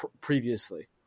previously